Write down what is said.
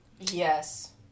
Yes